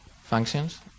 functions